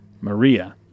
Maria